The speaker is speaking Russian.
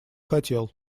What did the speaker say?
хотел